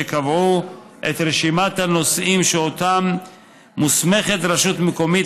שקבעו את רשימת הנושאים שמוסמכת רשות מקומית